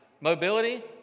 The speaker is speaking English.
mobility